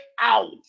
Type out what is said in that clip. out